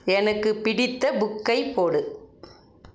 எனக்கு பிடித்த புக்கை போடு